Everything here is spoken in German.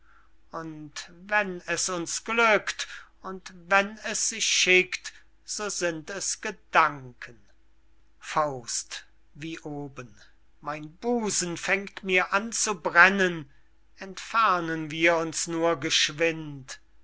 und wenn es uns glückt und wenn es sich schickt so sind es gedanken faust wie oben mein busen fängt mir an zu brennen entfernen wir uns nur geschwind